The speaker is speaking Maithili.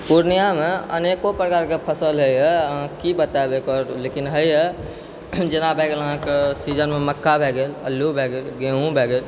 पूर्णियामे अनेको प्रकारके फसल हय यऽ अहाँकि बतायब एकर लेकिन हय यऽ जेना भए गेल अहाँके सीजनमे मक्का भए गेल अल्लू भए गेल गेहूँ भए गेल